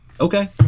Okay